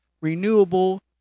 renewable